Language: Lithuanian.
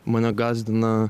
mane gąsdina